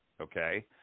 okay